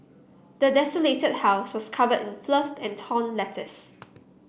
the desolate house was covered in filth and torn letters